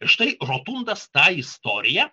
ir štai rotundas tą istoriją